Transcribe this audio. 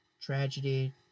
tragedy